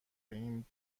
این